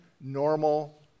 normal